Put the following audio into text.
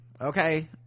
okay